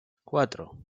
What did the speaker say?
cuatro